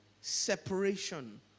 separation